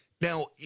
Now